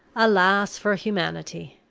alas for humanity!